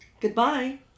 Goodbye